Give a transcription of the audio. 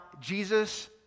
Jesus